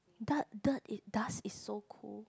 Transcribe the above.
dirt dirt it does it's so cool